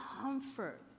comfort